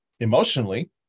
emotionally